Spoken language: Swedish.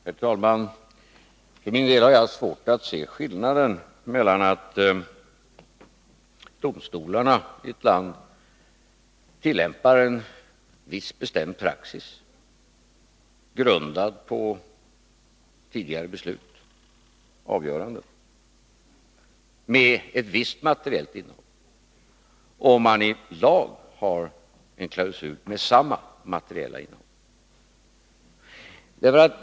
Herr talman! För min del har jag svårt att se skillnaden mellan det förhållandet att domstolarna i ett land tillämpar en viss bestämd praxis, grundad på tidigare beslut och avgöranden med ett visst material, och det förhållandet att man har en klausul i lagen med samma materiella innehåll.